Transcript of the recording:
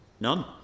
None